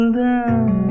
down